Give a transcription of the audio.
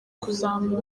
kuzamura